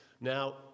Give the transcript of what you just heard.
Now